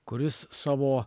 kuris savo